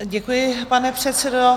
Děkuji, pane předsedo.